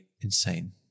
insane